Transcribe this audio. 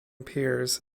piers